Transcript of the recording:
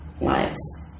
lives